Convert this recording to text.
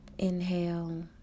Inhale